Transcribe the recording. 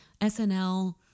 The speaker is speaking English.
SNL